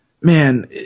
man